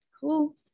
Cool